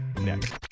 next